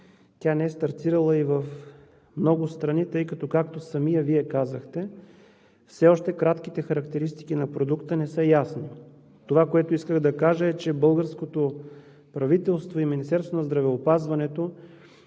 Тя не е стартирала и в много страни, тъй като, както самият Вие казахте, все още кратките характеристики на продукта не са ясни. Това, което исках да кажа, е, че българското правителство и Министерството на здравеопазването